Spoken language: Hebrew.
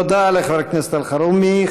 תודה לחבר הכנסת אלחרומי.